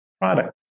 product